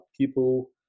people